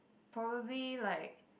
probably like